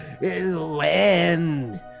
land